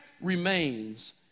remains